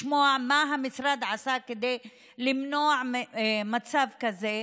לשמוע מה המשרד עשה כדי למנוע מצב כזה,